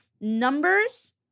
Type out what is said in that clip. numbers